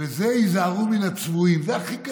וזה היזהרו מן הצבועים, זה הכי גרוע.